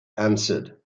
answered